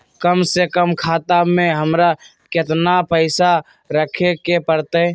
कम से कम खाता में हमरा कितना पैसा रखे के परतई?